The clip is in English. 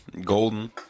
Golden